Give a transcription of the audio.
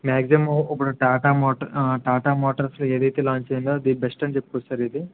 maximum ఇప్పుడు Tata motor ఆ టాటా మోటార్స్లో ఏదైతే లాంచ్ అయ్యిందో ది బెస్ట్ అని చెప్పుకోవచ్చు సార్ ఇది